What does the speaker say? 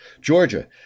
Georgia